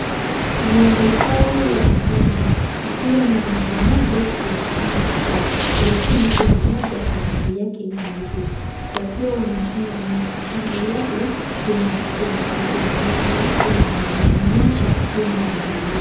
Ngombe hawa watano ikiwa na rangi moja lakini kuna moja wa rangi yake nyeupe wakiwa wanakunywa maji, kando yake kuna chakula yao, alafu kuna mwanaume moja akiwa anawaangalia.